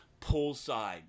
poolside